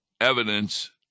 evidence